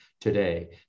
today